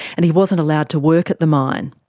and he wasn't allowed to work at the mine.